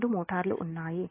రెండు మోటార్లు ఉన్నాయి